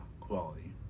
quality